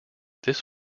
this